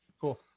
cool